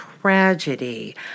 tragedy